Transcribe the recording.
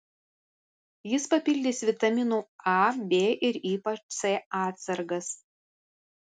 jis papildys vitaminų a b ir ypač c atsargas